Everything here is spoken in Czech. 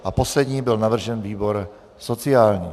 A poslední byl navržen výbor sociální.